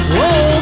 Whoa